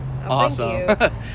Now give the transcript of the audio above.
awesome